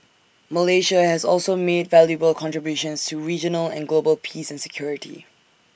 Malaysia has also made valuable contributions to regional and global peace and security